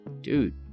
dude